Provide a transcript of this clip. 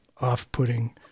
off-putting